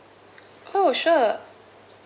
oh sure